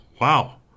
Wow